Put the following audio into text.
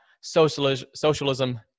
socialism